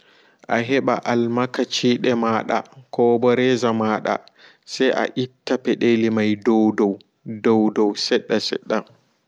A hosa dum awata ha less jungo mada koɓo mi via a less nafkimada se amaɓɓa nafkimada toa maɓɓi nafkimai se alorta avurtina ɓaawo dan hoosi wakkati sedda se alara.